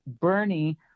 Bernie